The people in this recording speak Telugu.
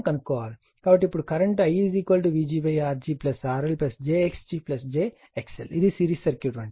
కాబట్టి ఇప్పుడు current I Vg Rg RL j Xg j XL ఇది సిరీస్ సర్క్యూట్ వంటిది